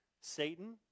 Satan